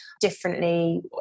differently